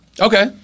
Okay